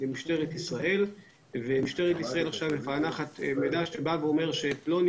למשטרת ישראל והיא עכשיו מפענחת מידע שאומר שפלוני